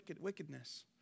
wickedness